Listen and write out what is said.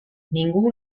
ningú